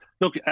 look